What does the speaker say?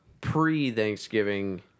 pre-Thanksgiving